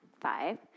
five